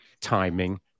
timing